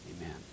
amen